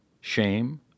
shame